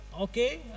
Okay